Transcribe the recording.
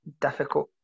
difficult